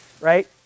right